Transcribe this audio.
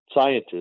scientists